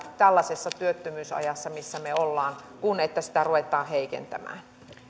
tällaisessa työttömyysajassa missä me olemme kuin että sitä ruvetaan heikentämään